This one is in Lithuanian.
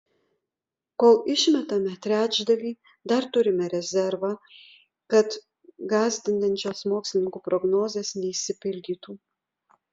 kol išmetame trečdalį dar turime rezervą kad gąsdinančios mokslininkų prognozės neišsipildytų